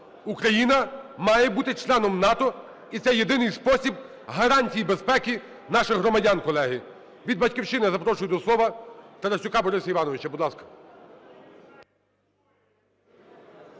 Україна має бути членом НАТО, і це єдиний спосіб гарантії безпеки наших громадян, колеги. Від "Батьківщини" запрошую до слова Тарасюка Бориса Івановича.